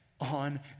on